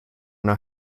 know